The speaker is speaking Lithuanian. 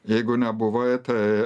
jeigu nebuvai tai